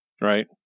right